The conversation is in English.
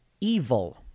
evil